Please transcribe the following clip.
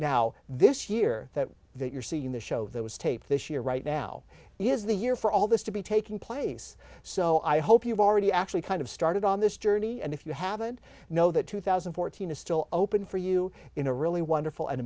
now this year that you're seeing the show that was taped this year right now is the year for all this to be taking place so i hope you've already actually kind of started on this journey and if you haven't know that two thousand and fourteen is still open for you in a really wonderful and